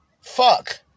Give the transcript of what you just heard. Fuck